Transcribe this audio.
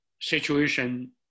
situation